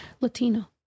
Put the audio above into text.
Latino